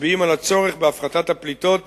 מצביעים על הצורך בהפחתת הפליטות